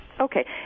Okay